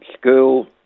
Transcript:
school